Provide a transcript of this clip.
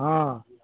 ಹಾಂ